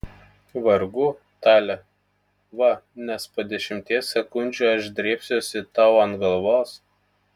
vargu tale va nes po dešimties sekundžių aš drėbsiuosi tau ant galvos